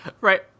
right